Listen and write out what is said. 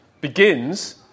begins